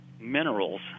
minerals